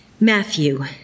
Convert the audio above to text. Matthew